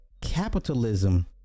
Capitalism